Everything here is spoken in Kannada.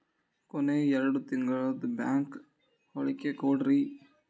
ಕೊನೆ ಎರಡು ತಿಂಗಳದು ಬ್ಯಾಂಕ್ ಹೇಳಕಿ ಕೊಡ್ರಿ